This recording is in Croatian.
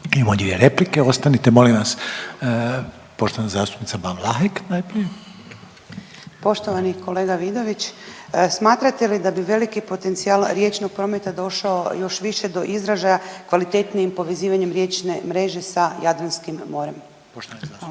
dvije replike, ostanite molim vas. Poštovana zastupnica Ban Vlahek najprije. **Ban, Boška (SDP)** Poštovani kolega Vidović. Smatrate li da bi veliki potencijal riječnog prometa došao još više do izražaja kvalitetnijim povezivanjem riječne mreže za Jadranskim morem? Hvala.